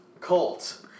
Cult